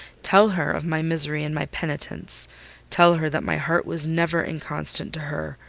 tell her of my misery and my penitence tell her that my heart was never inconstant to her,